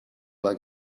like